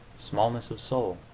smallness of soul.